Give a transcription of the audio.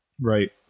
Right